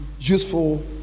useful